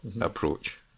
approach